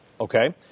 okay